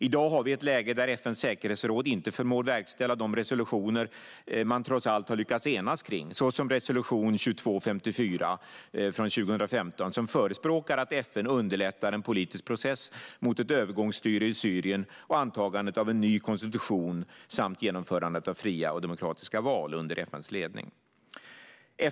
I dag har vi ett läge där FN:s säkerhetsråd inte förmår verkställa de resolutioner man trots allt har lyckats enas kring, såsom resolution 2254 från 2015 som förespråkar att FN underlättar en politisk process mot ett övergångsstyre i Syrien och antagandet av en ny konstitution samt genomförandet av fria och demokratiska val under FN:s ledning.